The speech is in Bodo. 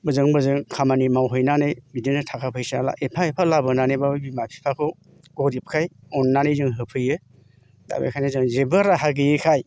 बोजों बोजों खामानि मावहैनानै बिदिनो ताका फैसा एफा एफा लाबोनानैबाबो बिमा फिफाखौ गरिबखाय अन्नानै जों होफैयो दा बेखायनो जों जेबो राह गोयिखाय